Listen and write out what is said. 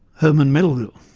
herman melville